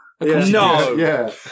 No